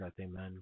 amen